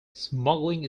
smuggling